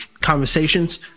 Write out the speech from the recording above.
Conversations